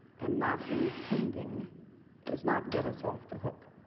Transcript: and not intending does not get us off the hook.